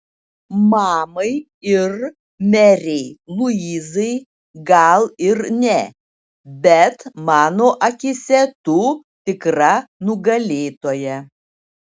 mamai ir merei luizai gal ir ne bet mano akyse tu tikra nugalėtoja